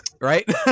Right